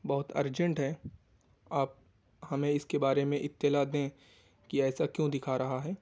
بہت ارجنٹ ہے آپ ہمیں اس کے بارے میں اطلاع دیں کہ ایسا کیوں دکھا رہا ہے